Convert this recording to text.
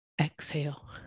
Exhale